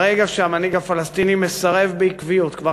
ברגע שהמנהיג הפלסטיני מסרב בעקביות כבר